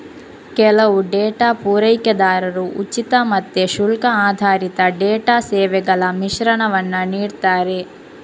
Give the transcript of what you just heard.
ಕೆಲವು ಡೇಟಾ ಪೂರೈಕೆದಾರರು ಉಚಿತ ಮತ್ತೆ ಶುಲ್ಕ ಆಧಾರಿತ ಡೇಟಾ ಸೇವೆಗಳ ಮಿಶ್ರಣವನ್ನ ನೀಡ್ತಾರೆ